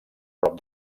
prop